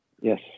Yes